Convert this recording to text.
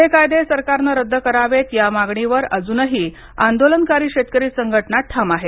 हे कायदे सरकारने रद्द करावेत या मागणीवर अजूनही आंदोलनकारी शेतकरी संघटना ठाम आहेत